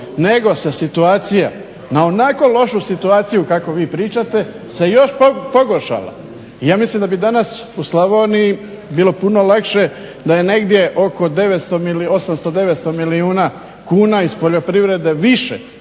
nego se situacija na onako lošu situaciju kako vi pričate se još pogoršala. I ja mislim da bi danas u Slavoniji bilo puno lakše da je negdje oko 900, 800, 900 milijuna kuna iz poljoprivrede više